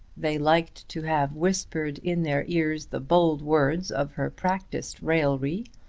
they liked to have whispered in their ears the bold words of her practised raillery.